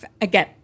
again